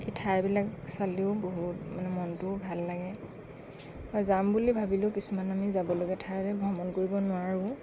এই ঠাইবিলাক চালেও বহুত মানে মনটোও ভাল লাগে বা যাম বুলি ভাবিলেও কিছুমান আমি যাবলগীয়া ঠাই ভ্ৰমণ কৰিব নোৱাৰোঁ